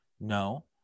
No